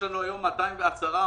יש לנו היום רשימה של 210 עמותות.